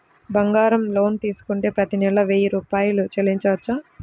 బంగారం లోన్ తీసుకుంటే ప్రతి నెల వెయ్యి రూపాయలు చెల్లించవచ్చా?